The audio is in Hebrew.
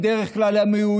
שהם בדרך כל מאוימות,